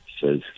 says